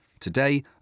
Today